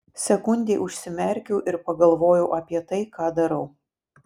sekundei užsimerkiau ir pagalvojau apie tai ką darau